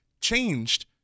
changed